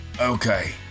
okay